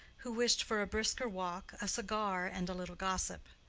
who wished for a brisker walk, a cigar, and a little gossip.